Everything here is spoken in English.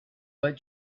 but